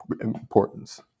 importance